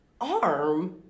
arm